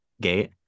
gate